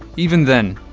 even then,